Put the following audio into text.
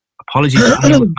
apologies